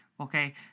okay